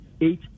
eight